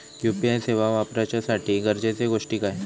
UPI सेवा वापराच्यासाठी गरजेचे गोष्टी काय?